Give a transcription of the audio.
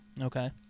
Okay